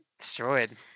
destroyed